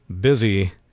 busy